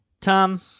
Tom